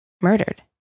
murdered